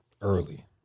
Early